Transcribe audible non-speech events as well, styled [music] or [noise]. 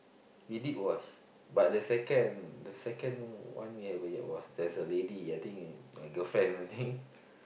we did watch but the second the second one we haven't yet watch there's a lady I think uh girlfriend I think [breath]